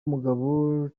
mugabo